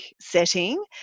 setting